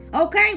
okay